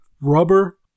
rubber